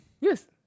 Yes